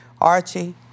Archie